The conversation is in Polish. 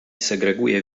segreguję